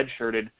redshirted